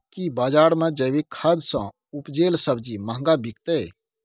की बजार मे जैविक खाद सॅ उपजेल सब्जी महंगा बिकतै?